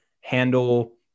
handle